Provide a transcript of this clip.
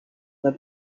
were